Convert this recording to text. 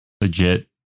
legit